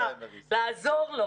לעזור לו.